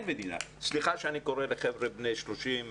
סליחה שאני קורא לחבר'ה בני 30,